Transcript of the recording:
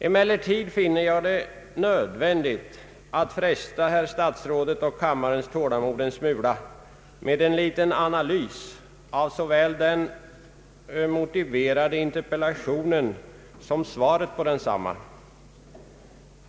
Emellertid finner jag det nödvändigt att fresta herr statsrådets och kammarens tålamod en smula med en liten analys av såväl den motiverade interpellationen som svaret på densamma.